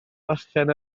bachgen